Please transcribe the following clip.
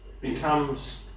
Becomes